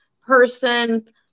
person